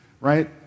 right